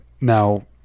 now